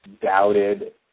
doubted